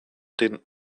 den